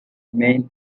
remained